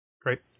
Great